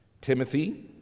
Timothy